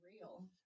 real